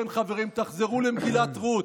כן, חברים, תחזרו למגילת רות.